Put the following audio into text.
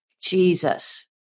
Jesus